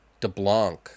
DeBlanc